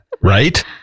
Right